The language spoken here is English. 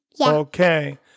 okay